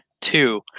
two